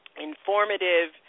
Informative